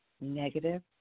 negative